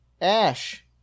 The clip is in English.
Ash